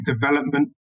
development